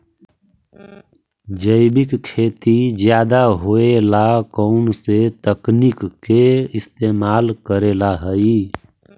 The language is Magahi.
जैविक खेती ज्यादा होये ला कौन से तकनीक के इस्तेमाल करेला हई?